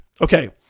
Okay